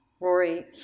Rory